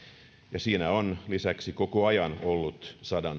ja siinä on lisäksi koko ajan ollut sadan